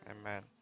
amen